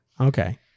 Okay